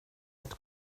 att